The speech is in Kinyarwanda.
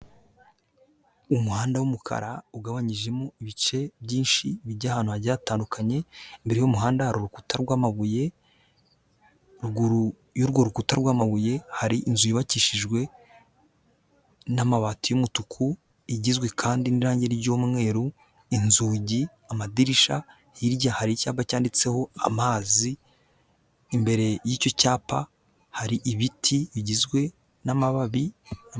Umuhanda w'umukara ugabanyijemo ibice byinshi bijya ahantu hagiye hatandukanye, imbere y'umuhanda hari urukuta rw'amabuye ruguru y'urwo rukuta rw'amabuye, hari inzu yubakishijwe n'amabati y'umutuku, igizwe kandi n'irangi ry'umweru, inzugi, amadirisha, hirya hari icyapa cyanditseho amazi, imbere y'icyo cyapa hari ibiti bigizwe n'amababi.